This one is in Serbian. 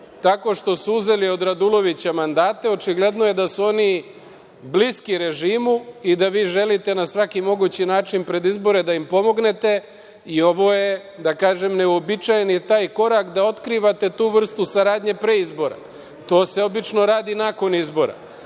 tako što su uzeli od Radulovića mandate, očigledno je da su oni bliski režimu, i da vi želite na svaki mogući način pred izbore da im pomognete, i ovo je neuobičajeni taj korak da otkrivate tu vrstu saradnje pre izbora. To se obično radi nakon izbora. Druga